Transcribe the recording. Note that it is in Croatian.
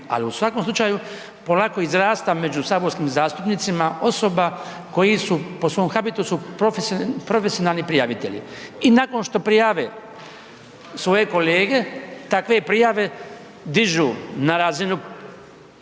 ali u svakom slučaju, polako izrasta među saborskim zastupnicima osoba koji su po svom habitusu profesionalni prijavitelji i nakon što prijave svoje kolege, takve prijave dižu na razinu